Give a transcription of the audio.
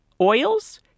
oils